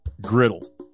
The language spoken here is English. griddle